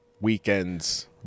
Weekends